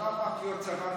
הצבא הפך להיות צבא מקצועי,